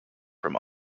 from